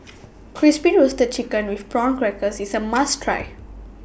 Crispy Roasted Chicken with Prawn Crackers IS A must Try